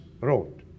wrote